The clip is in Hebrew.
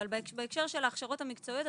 בהקשר של ההדרכות המקצועיות,